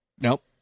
Nope